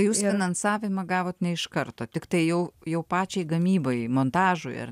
jūs finansavimą gavot ne iš karto tiktai jau jau pačiai gamybai montažui ar